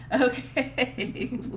okay